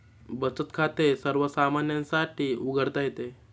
बचत खाते सर्वसामान्यांसाठी उघडता येते